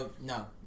no